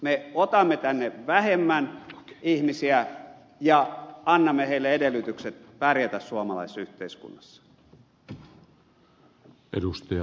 me otamme tänne vähemmän ihmisiä ja annamme heille edellytykset pärjätä suomalaisessa yhteiskunnassa